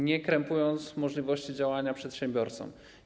Nie krępując możliwości działania przedsiębiorcom.